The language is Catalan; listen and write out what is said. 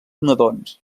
nadons